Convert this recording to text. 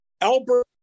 Albert